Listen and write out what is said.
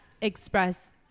express